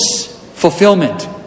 fulfillment